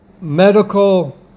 medical